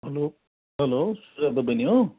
hello hello Sujata बहिनी हो